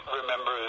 remember